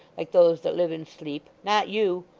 like those that live in sleep not you.